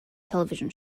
television